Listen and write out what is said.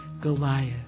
Goliath